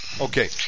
Okay